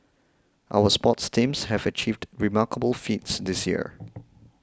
our sports teams have achieved remarkable feats this year